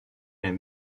est